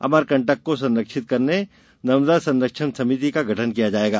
अमरकंटक को संरक्षित करने नर्मदा संरक्षण समिति का गठन होगा